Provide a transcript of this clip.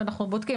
ואנחנו בודקים.